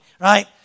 right